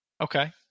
Okay